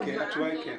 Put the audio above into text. התשובה היא כן.